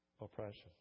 oppression